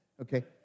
Okay